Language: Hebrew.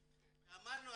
ואמרנו,